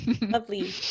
lovely